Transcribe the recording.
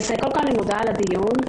אני מודה על הדיון.